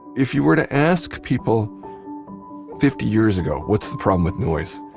if you were to ask people fifty years ago, what's the problem with noise?